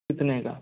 कितने का